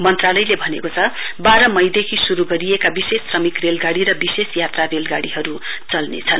मन्त्रालयले भनेको छ बाह्र मईदेखि शुरु गरिएका विशेष थ्रमिक रेलगाड़ी र विशेष यात्रा रेलगाड़ीहरु चल्नेछन्